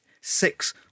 six